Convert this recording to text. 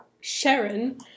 Sharon